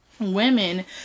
women